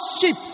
sheep